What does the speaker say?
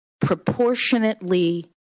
proportionately